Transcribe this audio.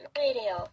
radio